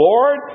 Lord